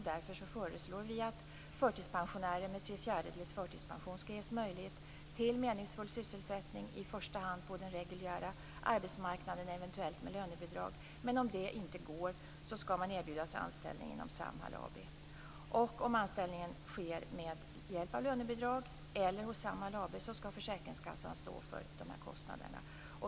Därför föreslår vi att förtidspensionärer med tre fjärdedels förtidspension skall ges möjlighet till meningsfull sysselsättning i första hand på den reguljära arbetsmarknaden, eventuellt med lönebidrag. Men om det inte går skall man erbjudas anställning inom Samhall AB. Om anställning sker med hjälp av lönebidrag eller hos Samhall AB skall försäkringskassan stå för de här kostnaderna.